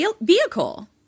vehicle